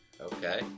Okay